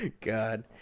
God